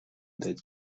that